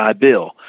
Bill